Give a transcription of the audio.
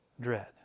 dread